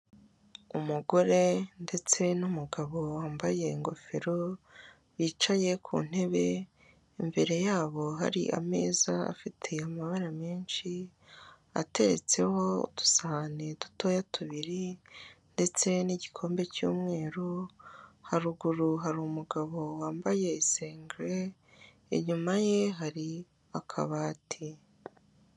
Umugore ndetse n'umugabo wambaye ingofero, bicaye ku ntebe, imbere yabo hari ameza afite amabara menshi ateretseho udusahane dutoya tubiri, ndetse n'igikombe cy'umweru, haruguru hariru umugabo wambaye isengeri inyuma ye hari akabati.